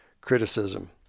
criticism